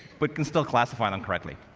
but can still classify them correctly.